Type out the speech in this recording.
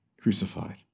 crucified